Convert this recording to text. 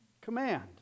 command